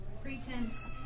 Pretense